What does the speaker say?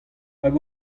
hag